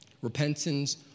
Repentance